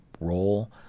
role